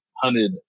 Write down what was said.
hunted